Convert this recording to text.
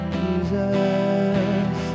jesus